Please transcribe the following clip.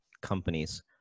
companies